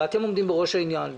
ואתם עומדים בראש העניין.